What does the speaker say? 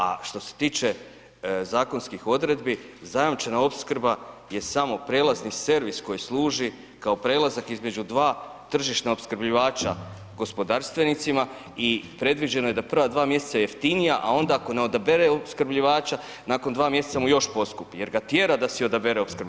A što se tiče zakonskih odredbi zajamčena opskrba je samo prijelazni servis koji služi kao prelazak između dva tržišna opskrbljivača gospodarstvenicima i predviđeno je da prva dva mjeseca jeftinija a onda ako ne odabere opskrbljivača nakon 2 mjeseca mu još poskupi jer ga tjera da si odabere opskrbljivača.